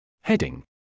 Heading